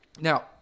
Now